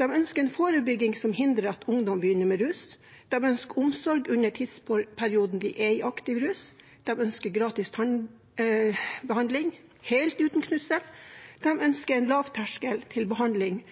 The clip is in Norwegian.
De ønsker en forebygging som hindrer at ungdom begynner med rus, de ønsker omsorg under tidsperioden de er i aktiv rus, de ønsker gratis tannbehandling – helt uten knussel. De ønsker en